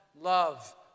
love